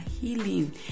healing